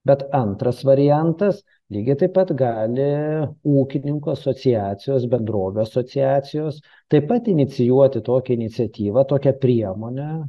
bet antras variantas lygiai taip pat gali ūkininkų asociacijos bendrovių asociacijos taip pat inicijuoti tokią iniciatyvą tokią priemonę